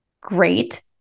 great